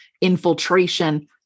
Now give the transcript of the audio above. infiltration